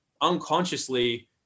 unconsciously